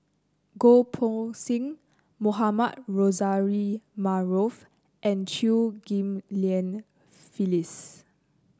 Goh Poh Seng Mohamed Rozani Maarof and Chew Ghim Lian Phyllis